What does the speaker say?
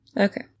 Okay